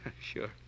Sure